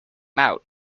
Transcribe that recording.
out